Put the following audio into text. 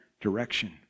direction